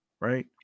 right